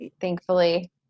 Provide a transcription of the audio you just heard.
thankfully